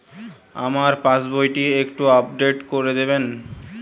আমার পাসবই টি একটু আপডেট করে দেবেন?